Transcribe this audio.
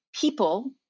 people